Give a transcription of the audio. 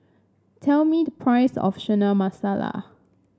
tell me the price of Chana Masala